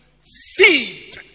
seed